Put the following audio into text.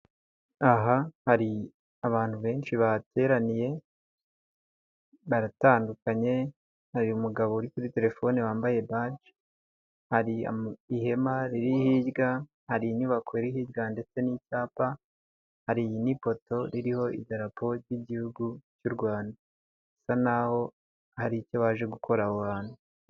Aha hari abantu benshi bahateraniye baratandukanye, hari uyu mugabo uri kuri telefone wambaye baji, hari ihema riri hirya, hari inyubako iri hirya ndetse n'icyapa, hari n'ipoto ririho idarapo ry'igihugu cy'u Rwanda, bisa naho hari icyo baje gukora aho hantu.